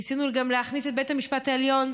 ניסינו גם להכניס את בית המשפט העליון,